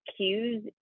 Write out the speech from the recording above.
cues